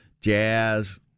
Jazz